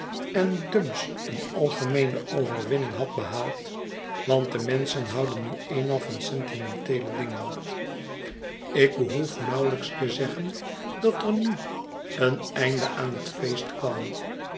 en dumps een algemeene overwinning had behaald want de menschen houden nu eenmaal van sentimenteele dingen ik behoef nauwelijks te zeggen dat er nu een einde aan het feest kwam